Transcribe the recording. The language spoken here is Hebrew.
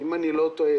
אם אני לא טועה,